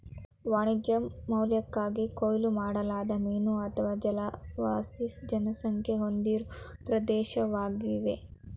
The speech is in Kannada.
ವಾಣಿಜ್ಯ ಮೌಲ್ಯಕ್ಕಾಗಿ ಕೊಯ್ಲು ಮಾಡಲಾದ ಮೀನು ಅಥವಾ ಜಲವಾಸಿ ಜನಸಂಖ್ಯೆ ಹೊಂದಿರೋ ಪ್ರದೇಶ್ವಾಗಿದೆ